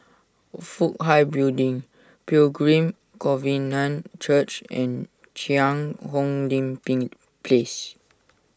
Fook Hai Building Pilgrim Covenant Church and Cheang Hong Lim Ping Place